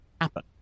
happen